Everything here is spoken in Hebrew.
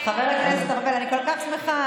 חבר הכנסת ארבל, אני כל כך שמחה